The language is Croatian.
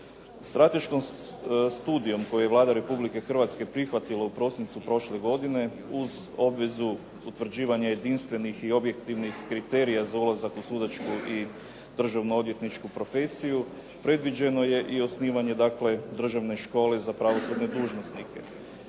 Strateškom studijom koju je Vlada Republike Hrvatske prihvatila u prosincu prošle godine uz obvezu utvrđivanja jedinstvenih i objektivnih kriterija za ulazak u sudačku i državno-odvjetničku profesiju. Predviđeno je i osnivanje, dakle Državne škole za pravosudne dužnosnike.